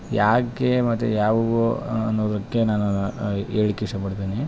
ಯಾಕೆ ಮತ್ತೆ ಯಾವುವು ಅನ್ನೋದಕ್ಕೆ ನಾನು ಹೇಳ್ಲಿಕ್ಕೆ ಇಷ್ಟ ಪಡ್ತೀನಿ